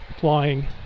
flying